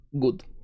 good